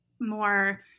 more